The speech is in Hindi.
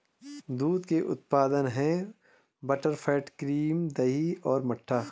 दूध के उत्पाद हैं बटरफैट, क्रीम, दही और मट्ठा